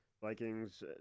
Vikings